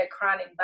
chronic